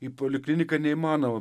į polikliniką neįmanoma